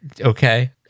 Okay